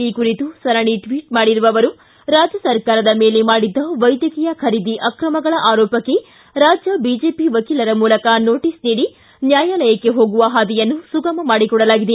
ಈ ಕುರಿತು ಸರಣಿ ಟ್ಟಟ್ ಮಾಡಿರುವ ಅವರು ರಾಜ್ಯ ಸರ್ಕಾರದ ಮೇಲೆ ಮಾಡಿದ್ದ ವೈದ್ಯಕೀಯ ಖರೀದಿ ಆಕ್ರಮಗಳ ಆರೋಪಕ್ಕೆ ರಾಜ್ಯ ಬಿಜೆಪಿ ವಕೀಲರ ಮೂಲಕ ನೋಟಸ್ ನೀಡಿ ನ್ವಾಯಾಲಯಕ್ಕೆ ಹೋಗುವ ಹಾದಿಯನ್ನು ಸುಗಮ ಮಾಡಿಕೊಡಲಾಗಿದೆ